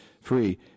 free